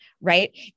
right